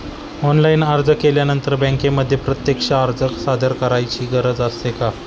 Online अर्ज केल्यानंतर बँकेमध्ये प्रत्यक्ष अर्ज सादर करायची गरज असते का?